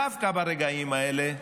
דווקא ברגעים האלה,